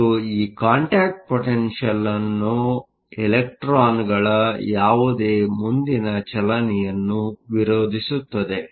ಮತ್ತು ಈ ಕಾಂಟ್ಯಾಕ್ಟ್ ಪೊಟೆನ್ಷಿಯಲ್Contact potentialವು ಇಲೆಕ್ಟ್ರಾನ್ಗಳ ಯಾವುದೇ ಮುಂದಿನ ಚಲನೆಯನ್ನು ವಿರೋಧಿಸುತ್ತದೆ